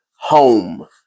home